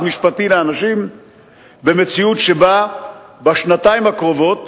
משפטי לאנשים במציאות שבה בשנתיים הקרובות